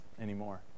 anymore